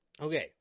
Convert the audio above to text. Okay